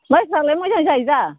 माइफ्रालाय मोजां जायोदा